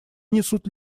несут